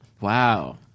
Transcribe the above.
wow